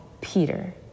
Peter